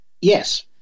Yes